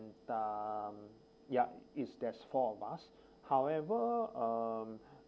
um ya is there's four of us however um